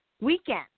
weekend